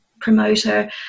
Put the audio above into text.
promoter